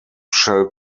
shall